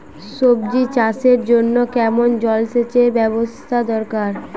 সবজি চাষের জন্য কেমন জলসেচের ব্যাবস্থা দরকার?